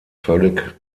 völlig